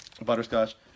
Butterscotch